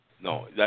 No